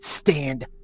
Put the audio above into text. stand